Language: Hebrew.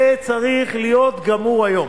זה צריך להיות גמור היום.